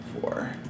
four